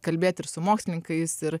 kalbėt ir su mokslininkais ir